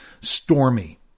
stormy